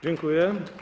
Dziękuję.